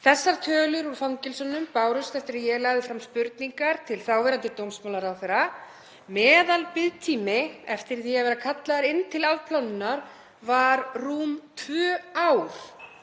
Þessar tölur úr fangelsunum bárust eftir að ég lagði fram spurningar til þáverandi dómsmálaráðherra. Meðalbiðtími eftir því að vera kallaður inn til afplánunar var rúm tvö ár